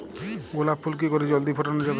গোলাপ ফুল কি করে জলদি ফোটানো যাবে?